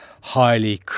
highly